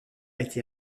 été